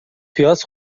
پیاز